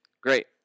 Great